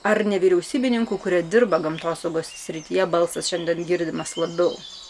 ar nevyriausybininkų kurie dirba gamtosaugos srityje balsas šiandien girdimas labiau